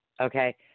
Okay